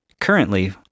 Currently